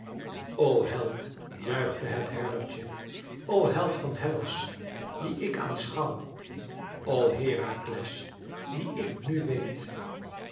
o held juichte het herdertje o held van hellas dien ik aanschouw o herakles dien ik nù weet